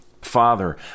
Father